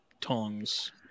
tongs